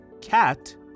cat